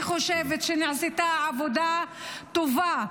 אני חושבת שנעשתה עבודה טובה,